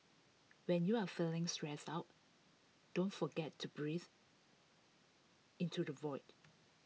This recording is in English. when you are feeling stressed out don't forget to breathe into the void